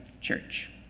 church